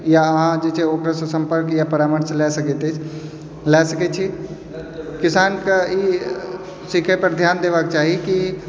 या अहाँ जे छै ओकरासँ सम्पर्क या परामर्श लए सकैत अछि लए सकै छी किसानके ई सीखैपर ध्यान देबाके चाही कि